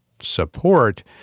support